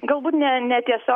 galbūt ne netiesiog